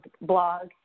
blog